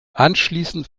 anschließend